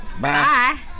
Bye